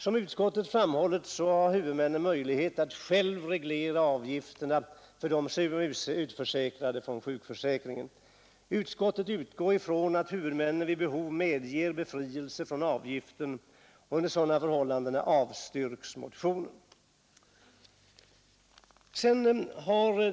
Som utskottet framhållit har huvudmännen möjlighet att själva reglera avgifterna för de från sjukförsäkringen utförsäkrade. Utskottet utgår från att huvudmännen vid behov medger befrielse från avgiften, och med hänsyn härtill avstyrks motionen.